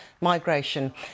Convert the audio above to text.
migration